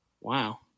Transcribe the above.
Wow